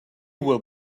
will